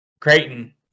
Creighton